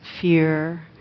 fear